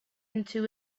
into